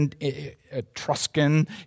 Etruscan